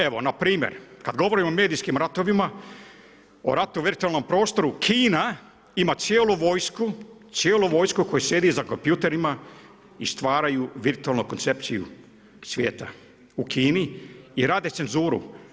Evo, npr. kada govorimo o medijskim ratovima, o ratu u virtualnom prostoru, Kina ima cijelu vojsku, cijelu vojsku koja sjedi za kompjuterima i stvaraju virtualnu percepciju svijeta u Kini i rade cenzuru.